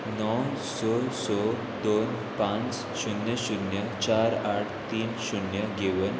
णव स स दोन पांच शुन्य शुन्य चार आठ तीन शुन्य घेवन